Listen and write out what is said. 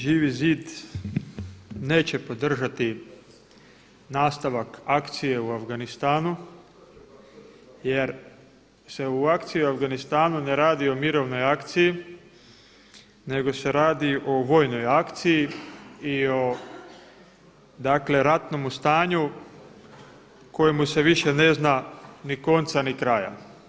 Živi zid neće podržati nastavak akcije u Afganistanu jer se u akciji u Afganistanu ne radi o mirovnoj akciji nego se radi o vojnoj akciji i o dakle ratnome stanju kojemu se više ne zna ni konca ni kraja.